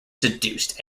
seduced